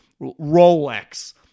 Rolex